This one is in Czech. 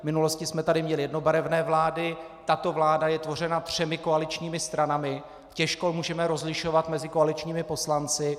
V minulosti jsme tady měli jednobarevné vlády, tato vláda je tvořena třemi koaličními stranami, těžko můžeme rozlišovat mezi koaličními poslanci.